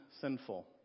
sinful